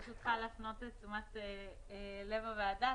ברשותך, להפנות את תשומת לב הוועדה.